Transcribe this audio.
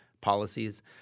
policies